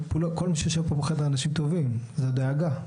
כל מי שיושב פה בחדר אנשים טובים, זה דאגה.